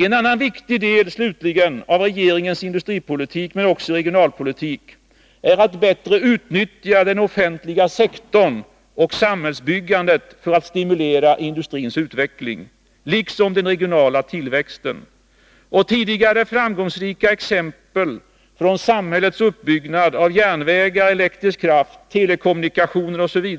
En annan viktig del av regeringens industripolitik — men också regionalpolitik — är slutligen att bättre utnyttja den offentliga sektorn och samhällsbyggandet för att stimulera industrins utveckling, liksom den regionala tillväxten. Tidigare framgångsrika exempel från samhällets uppbyggnad av järnvägar, elektrisk kraft, telekommunikationer osv.